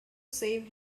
save